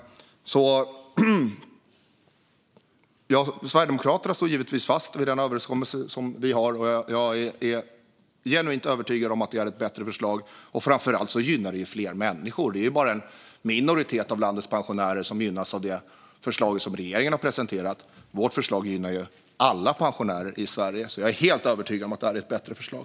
Sverigedemokraterna står givetvis fast vid den överenskommelse som vi har. Jag är genuint övertygad om att det är ett bättre förslag. Framför allt gynnar det fler människor. Det är bara en minoritet av landets pensionärer som gynnas av det förslag som regeringen har presenterat. Vårt förslag gynnar alla pensionärer i Sverige. Jag är helt övertygad om att det är ett bättre förslag.